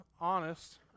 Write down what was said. honest